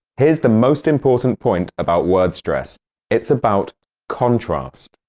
here's the most important point about word stress it's about contrast.